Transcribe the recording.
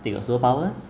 they got superpowers